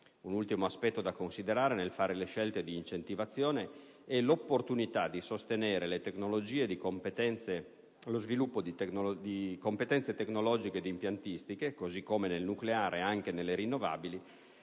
Un ultimo aspetto da considerare nel fare le scelte di incentivazione è l'opportunità di sostenere lo sviluppo di competenze tecnologiche ed impiantistiche, così come nel nucleare anche nelle rinnovabili,